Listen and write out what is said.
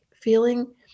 feeling